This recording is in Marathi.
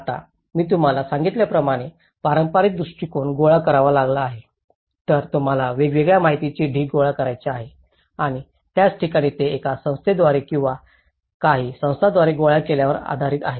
आता मी तुम्हाला सांगितल्याप्रमाणे पारंपारिक दृष्टिकोन गोळा करावा लागला आहे तर तुम्हाला वेगवेगळ्या माहितीचे ढीग गोळा करायचे आहेत आणि त्याच ठिकाणी ते एका संस्थेद्वारे किंवा काही संस्थांद्वारे गोळा केल्यावर आधारित आहेत